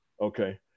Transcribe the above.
Okay